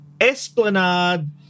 Esplanade